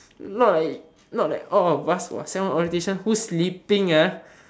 not like not like all of us !wah! orientation who sleeping ah